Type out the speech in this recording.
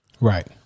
Right